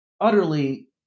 utterly